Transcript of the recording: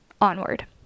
Onward